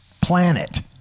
planet